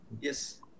Yes